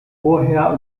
vorher